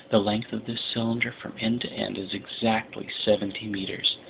the length of this cylinder from end to end is exactly seventy meters,